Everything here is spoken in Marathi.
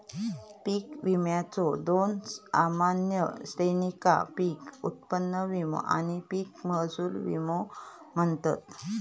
पीक विम्याच्यो दोन सामान्य श्रेणींका पीक उत्पन्न विमो आणि पीक महसूल विमो म्हणतत